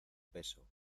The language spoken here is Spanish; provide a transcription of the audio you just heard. peso